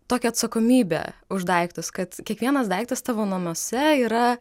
tokią atsakomybę už daiktus kad kiekvienas daiktas tavo namuose yra